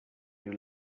you